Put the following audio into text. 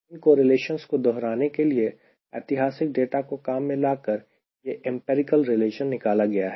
इन correlations को दोहराने के लिए ऐतिहासिक डेटा को काम में लाकर यह इम्पिरीकल रिलेशन निकाला गया है